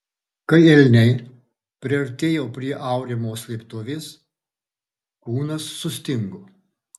kai elniai priartėjo prie aurimo slėptuvės kūnas sustingo